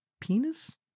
Penis